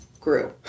grew